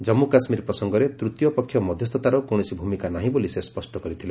ଜାଞ୍ଚୁ କାଶ୍ମୀର ପ୍ରସଙ୍ଗରେ ତୃତୀୟ ପକ୍ଷ ମଧ୍ୟସ୍ଥତାର କୌଣସି ଭୂମିକା ନାହିଁ ବୋଲି ସେ ସ୍ୱଷ୍ଟ କରିଥିଲେ